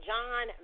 John